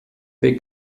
wir